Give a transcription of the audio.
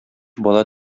бала